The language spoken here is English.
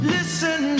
Listen